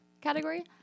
category